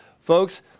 folks